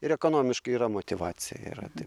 ir ekonomiškai yra motyvacija yra taip